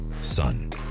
Son